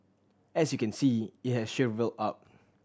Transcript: as you can see it has shrivelled up